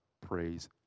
praise